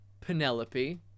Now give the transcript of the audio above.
penelope